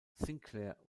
sinclair